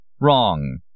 Wrong